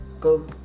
go